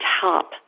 top